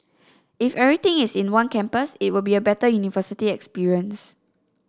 if everything is in one campus it will be a better university experience